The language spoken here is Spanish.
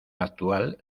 actual